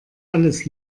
alles